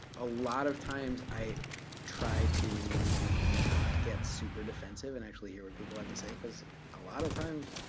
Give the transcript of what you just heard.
a lot of times i try to not get super defensive, and actually hear what people have to say, because a lot of times,